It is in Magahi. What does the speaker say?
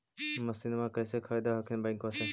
मसिनमा कैसे खरीदे हखिन बैंकबा से?